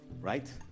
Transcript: right